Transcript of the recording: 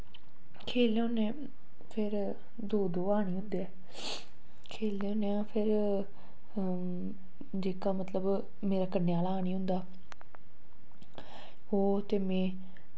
खेलने होने फिर दो दो हानी होंदे ऐ खेलदे होने आं फेर जेह्का मतलव मेरे कन्ने आह्ला हानी होंदा ओह् ते में